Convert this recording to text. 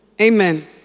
Amen